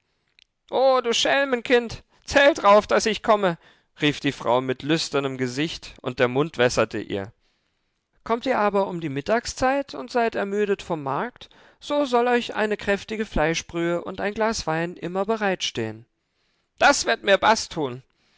o du schelmenkind zähl drauf daß ich komme rief die frau mit lüsternem gesicht und der mund wässerte ihr kommt ihr aber um die mittagszeit und seid ermüdet vom markt so soll euch eine kräftige fleischbrühe und ein glas wein immer bereitstehen das wird mir baß tun